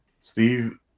Steve